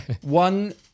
One